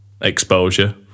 exposure